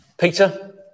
Peter